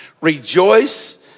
Rejoice